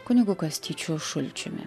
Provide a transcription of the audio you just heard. kunigu kastyčiu šulčiumi